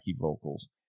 vocals